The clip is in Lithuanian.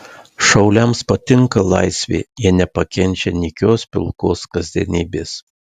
šauliams patinka laisvė jie nepakenčia nykios pilkos kasdienybės